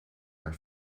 naar